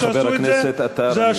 חבר הכנסת עטר,